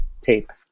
Tape